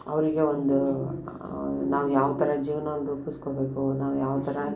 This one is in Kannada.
ಅವರಿಗೆ ಒಂದು ನಾವು ಯಾವ ಥರ ಜೀವ್ನಾನ ರೂಪಿಸ್ಕೋಬೇಕು ನಾವು ಯಾವ ಥರ